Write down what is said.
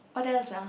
what else ah